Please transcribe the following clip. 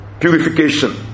purification